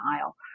aisle